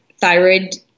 thyroid